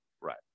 right